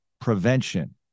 prevention